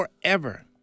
forever